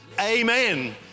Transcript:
amen